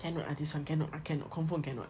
cannot ah this [one] cannot ah cannot confirm cannot